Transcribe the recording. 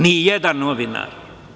Nijedan novinar.